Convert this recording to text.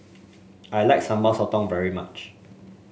I like Sambal Sotong very much